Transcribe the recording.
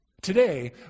Today